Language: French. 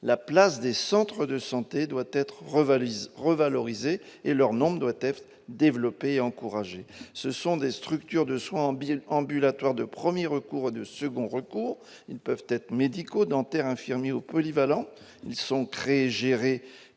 la place des centres de santé doit être revalorisée ; ils doivent être développés et encouragés. Ce sont des structures de soins ambulatoires de premier recours et de second recours. Ils peuvent être médicaux, dentaires, infirmiers ou polyvalents ; ils sont créés et gérés